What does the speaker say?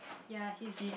ya he is